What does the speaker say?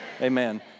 Amen